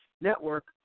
Network